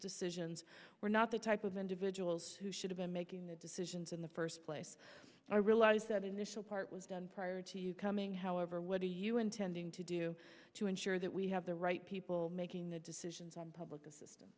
decisions were not the type of individuals who should have been making the decisions in the first place i realize that initial part was done prior to you coming however what are you intending to do to ensure that we have the right people making the decisions on public assistance